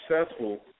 successful